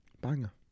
Banger